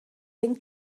ein